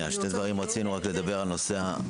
רצינו לדבר על שני דברים.